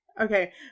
Okay